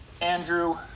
Andrew